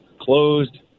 Closed